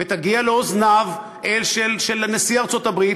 ותגיע לאוזניו של נשיא ארצות-הברית,